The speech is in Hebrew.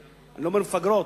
אני לא אומר מפגרות,